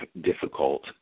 difficult